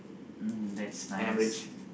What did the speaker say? mm that's nice